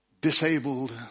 disabled